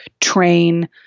train